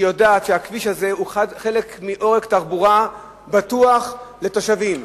שיודעת שהכביש הזה הוא חלק מעורק תחבורה בטוח לתושבים.